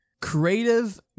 creative